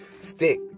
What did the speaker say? stick